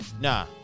nah